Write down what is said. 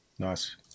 Nice